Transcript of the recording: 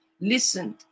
Listened